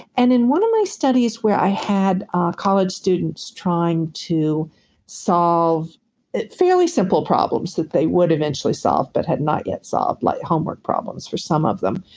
and in one of my studies where i had college students trying to solve fairly simple problems that they would eventually solve but had not yet solved, like homework problems for some of them,